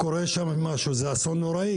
אם קורה שם משהו, זה אסון נורא.